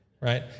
Right